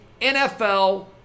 NFL